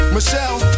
Michelle